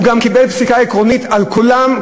הוא גם קיבל פסיקה עקרונית על כולם,